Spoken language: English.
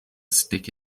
stick